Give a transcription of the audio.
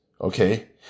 okay